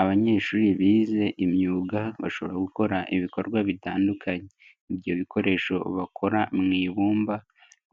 Abanyeshuri bize imyuga bashobora gukora ibikorwa bitandukanye. Ibyo bikoresho bakora mu ibumba